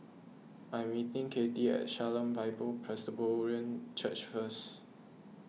I am meeting Cathey at Shalom Bible Presbyterian Church first